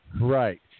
right